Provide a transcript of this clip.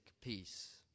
peace